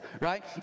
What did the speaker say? right